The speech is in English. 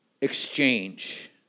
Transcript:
exchange